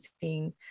seeing